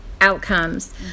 outcomes